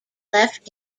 left